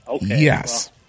Yes